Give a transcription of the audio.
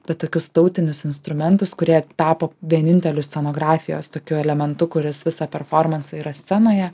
bet tokius tautinius instrumentus kurie tapo vieninteliu scenografijos tokiu elementu kuris visą performansą yra scenoje